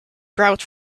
grout